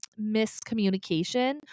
miscommunication